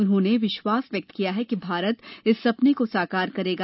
उन्होंने विश्वास व्यक्त किया कि भारत इस सपने को साकार करेगा